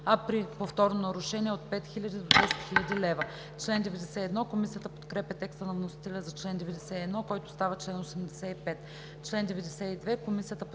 а при повторно нарушение от 5000 до 10 000 лв.“ Комисията подкрепя текста на вносителя за чл. 91, който става чл. 85. Комисията подкрепя